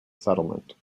settlement